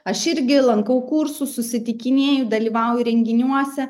aš irgi lankau kursus susitikinėju dalyvauju renginiuose